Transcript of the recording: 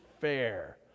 fair